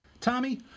Tommy